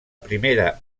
primera